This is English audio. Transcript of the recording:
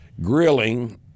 grilling